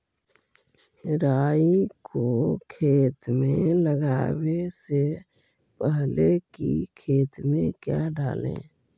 राई को खेत मे लगाबे से पहले कि खेत मे क्या डाले?